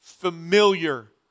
familiar